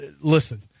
listen